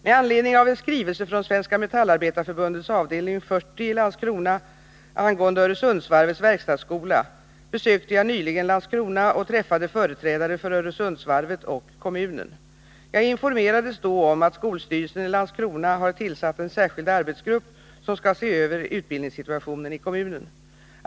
Med anledning av en skrivelse från Svenska metallarbetareförbundets avdelning 40 i Landskrona angående Öresundsvarvets verkstadsskola besökte jag nyligen Landskrona och träffade förträdare för Öresundsvarvet och kommunen. Jag informerades då om att skolstyrelsen i Landskrona har tillsatt en särskild arbetsgrupp som skall se över utbildningssituationen i kommunen.